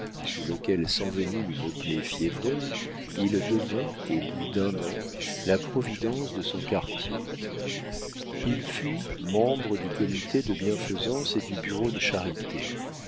sous lequel s'envenime une plaie fiévreuse il devint au bout d'un an la providence de son quartier il fut membre du comité de bienfaisance et du bureau de charité